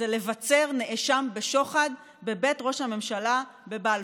זה לבצר נאשם בשוחד בבית ראש הממשלה בבלפור.